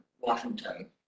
Washington